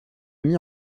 mis